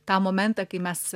tą momentą kai mes